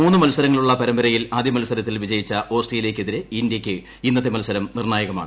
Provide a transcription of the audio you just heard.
മൂന്നു മത്സരങ്ങളുള്ള പരമ്പരയിൽ ആദ്യ മത്സരത്തിൽ വിജയിച്ച ഓസ്ട്രേലിയയ്ക്കെതിരെ ഇന്തൃക്ക് ഇന്നത്തെ മത്സരം നിർണ്ണായകമാണ്